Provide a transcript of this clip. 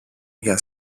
για